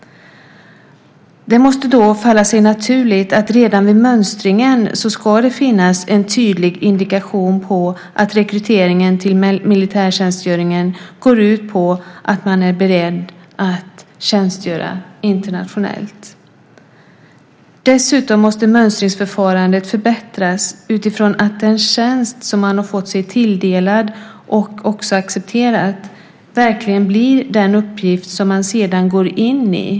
Det måste då falla sig naturligt att det redan vid mönstringen ska finnas en tydlig indikation på att rekryteringen till militärtjänstgöringen går ut på att man är beredd att tjänstgöra internationellt. Dessutom måste mönstringsförfarandet förbättras utifrån att den tjänst som man har fått sig tilldelad och som man också accepterat verkligen blir den uppgift som man sedan går in i.